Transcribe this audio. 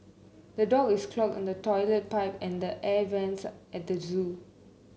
the dog is clog in the toilet pipe and the air vents at the zoo